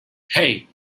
hey